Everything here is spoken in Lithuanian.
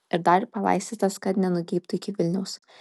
ir dar palaistytas kad nenugeibtų iki vilniaus